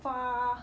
far